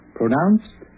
pronounced